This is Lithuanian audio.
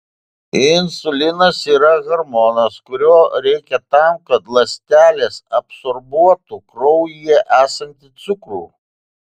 insulinas yra hormonas kurio reikia tam kad ląstelės absorbuotų kraujyje esantį cukrų